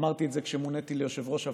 אמרתי את זה כשמוניתי ליושב-ראש הוועדה.